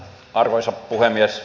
arvoisa puhemies